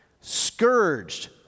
scourged